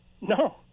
No